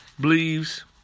believes